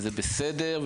וזה בסדר,